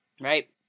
right